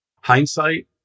Hindsight